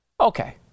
Okay